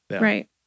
Right